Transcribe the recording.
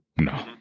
No